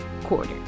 quarter